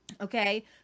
Okay